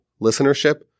listenership